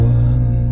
one